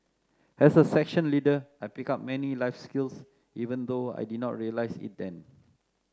as a section leader I picked up many life skills even though I did not realise it then